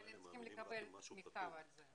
אבל הם צריכים לקבל מכתב על זה.